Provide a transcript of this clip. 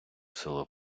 село